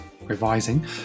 revising